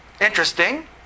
Interesting